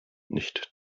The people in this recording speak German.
nicht